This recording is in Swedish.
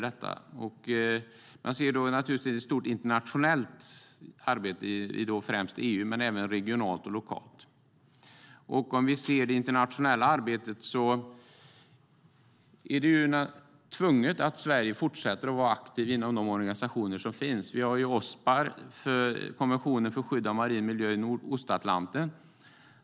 Det sker ett internationellt arbete i främst EU men även regionalt och lokalt. I det internationella arbetet är Sverige tvunget att fortsätta att vara aktivt inom de organisationer som finns. Där finns Ospar, som rör konventionen för skydd av marin miljö i Nordostatlanten.